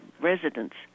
residents